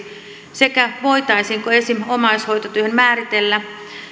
sekä voitaisiinko esimerkiksi omaishoitotyöhön määriteltävät